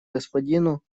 господину